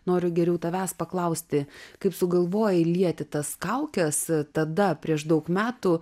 noriu geriau tavęs paklausti kaip sugalvojai lieti tas kaukes tada prieš daug metų